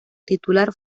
titular